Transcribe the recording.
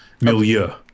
milieu